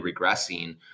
regressing